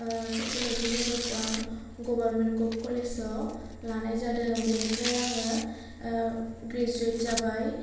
sociology मेजरखौ आं government govt college आव लानाय जादों बेनिफ्राय आङो ग्रेजुवेट जाबाय